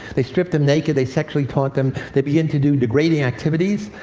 they strip them naked. they sexually taunt them. they begin to do degrading activities,